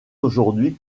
aujourd’hui